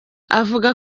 avuga